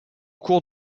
cours